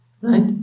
Right